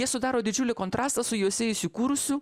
jie sudaro didžiulį kontrastą su juose įsikūrusiu